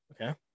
Okay